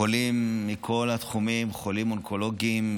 חולים מכל התחומים: חולים אונקולוגיים,